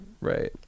Right